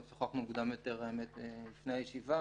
גם שוחחנו מוקדם יותר לפני הישיבה